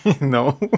No